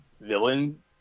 villain